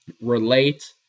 relate